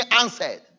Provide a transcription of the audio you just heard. answered